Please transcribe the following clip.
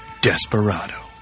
Desperado